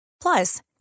Plus